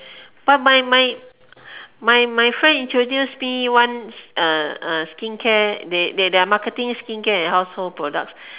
but my my my my friend introduced me one uh uh skincare they they they are marketing skincare and household products